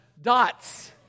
Dots